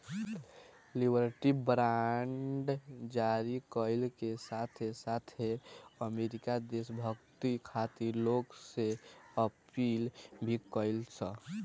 liberty bond जारी कईला के साथे साथे अमेरिका देशभक्ति खातिर लोग से अपील भी कईलस